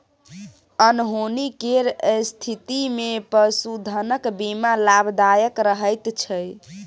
अनहोनी केर स्थितिमे पशुधनक बीमा लाभदायक रहैत छै